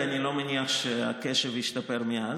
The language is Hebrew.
כי אני לא מניח שהקשב השתפר מאז.